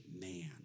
man